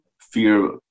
fear